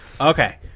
Okay